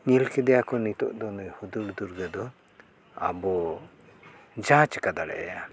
ᱧᱮᱞ ᱠᱮᱫᱮᱭᱟᱠᱚ ᱱᱤᱛᱳᱜ ᱫᱚ ᱱᱩᱭ ᱦᱩᱫᱩᱲ ᱫᱩᱨᱜᱟᱹ ᱫᱚ ᱟᱵᱚ ᱡᱟᱦᱟᱸ ᱪᱮᱠᱟ ᱫᱟᱲᱮᱭᱟᱭᱟ